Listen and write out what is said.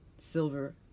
silver